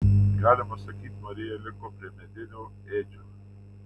galima sakyti marija liko prie medinių ėdžių